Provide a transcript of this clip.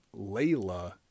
Layla